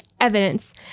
evidence